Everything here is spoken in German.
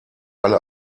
alle